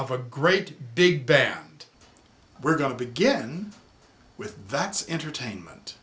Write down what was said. of a great big band we're going to begin with that's intertainment